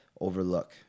overlook